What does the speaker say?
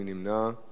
מי נמנע?